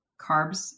Carbs